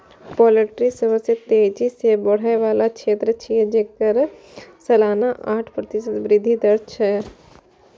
poultry सबसं तेजी सं बढ़ै बला क्षेत्र छियै, जेकर सालाना आठ प्रतिशत वृद्धि दर छै